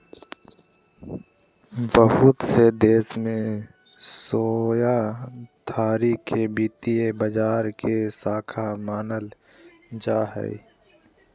बहुत से देश में शेयरधारी के वित्तीय बाजार के शाख मानल जा हय